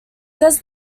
does